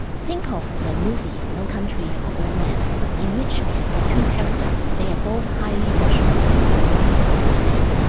think of the movie, no country for old men in which we have two characters. they are both highly rational people one is the hit-man,